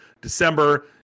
December